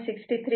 632 11